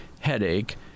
headache